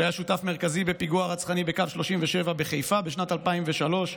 שהיה שותף מרכזי בפיגוע הרצחני בקו 37 בחיפה בשנת 2003,